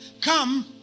come